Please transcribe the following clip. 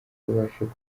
yabashije